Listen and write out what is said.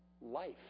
life